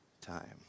time